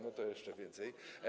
No to jeszcze więcej.